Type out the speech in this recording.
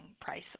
price